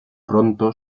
pronto